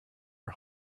are